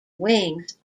wings